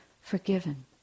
forgiven